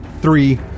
three